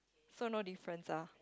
so no difference ah